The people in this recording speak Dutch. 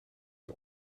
het